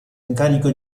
incarico